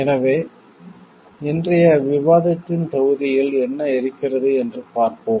எனவே இன்றைய விவாதத்தின் தொகுதியில் என்ன இருக்கிறது என்று பார்ப்போம்